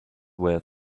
where